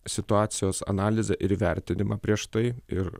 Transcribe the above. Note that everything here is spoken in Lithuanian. situacijos analizę ir vertinimą prieš tai ir